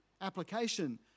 application